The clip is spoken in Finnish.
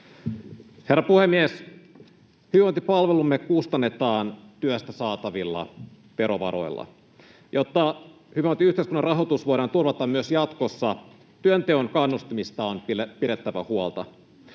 Herra puhemies! Hyvinvointipalvelumme kustannetaan työstä saatavilla verovaroilla. Jotta hyvinvointiyhteiskunnan rahoitus voidaan turvata myös jatkossa, työnteon kannustimista on pidettävä huolta.